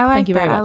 um thank you very.